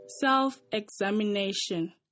Self-examination